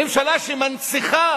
ממשלה שמנציחה